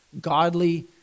godly